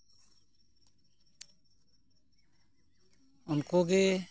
ᱩᱱᱠᱩᱜᱮ